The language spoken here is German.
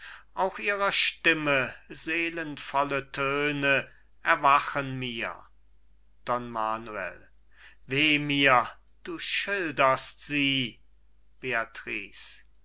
auch ihrer stimme seelenvolle töne erwachen mir don manuel weh mir du schilderst sie